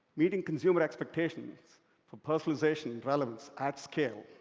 meeting consumer expectations for personalization and relevance, at scale.